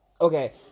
okay